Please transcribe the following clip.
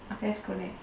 okay let's go there